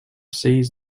sees